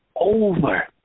over